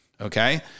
okay